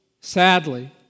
sadly